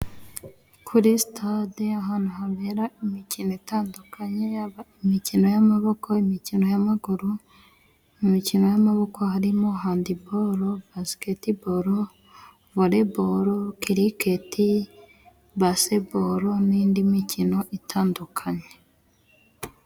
Kuri sitade ahantu habera imikino itandukanye, yaba imikino y'amaboko, imikino y'amaguru. Mu mikino y'amaboko harimo handiboro, basiketiboro, voreboro, kiriketi, baseboro n'indi mikino itandukanye.